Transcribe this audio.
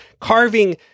carving